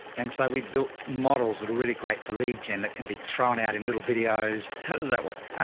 and so we built models that are really great for lead gen that can be thrown out in little videos. how does that work?